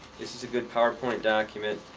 this is a good powerpoint document.